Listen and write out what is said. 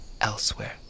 elsewhere